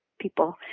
people